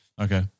Okay